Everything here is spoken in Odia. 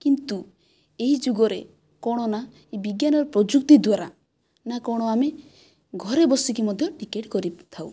କିନ୍ତୁ ଏହି ଯୁଗରେ କ'ଣ ନା ଏହି ବିଜ୍ଞାନର ପ୍ରଯୁକ୍ତି ଦ୍ୱାରା ନା କ'ଣ ଆମେ ଘରେ ବସିକି ମଧ୍ୟ ଟିକେଟ କରିଥାଉ